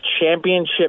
championship